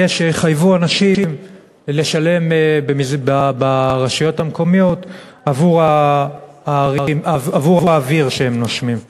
יהיה שיחייבו אנשים לשלם ברשויות המקומיות עבור האוויר שהם נושמים.